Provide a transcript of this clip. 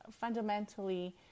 fundamentally